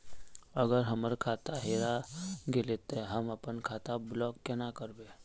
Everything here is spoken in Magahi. अगर हमर खाता हेरा गेले ते हम अपन खाता ब्लॉक केना करबे?